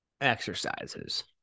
exercises